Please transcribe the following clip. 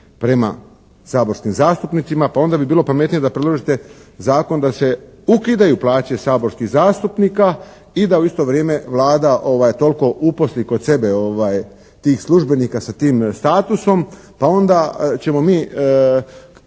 prema saborskim zastupnicima. Pa onda bi bilo pametnije da priložite zakon da se ukidaju plaće saborskih zastupnika i da u isto vrijeme Vlada toliko uposli kod sebe tih službenika sa tim statusom, pa onda ćemo mi